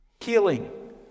healing